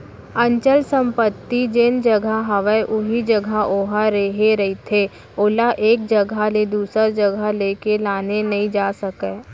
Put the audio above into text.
अचल संपत्ति जेन जघा हवय उही जघा ओहा रेहे रहिथे ओला एक जघा ले दूसर जघा लेगे लाने नइ जा सकय